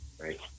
right